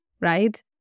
Right